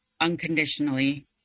unconditionally